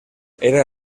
era